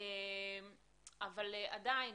אבל עדין,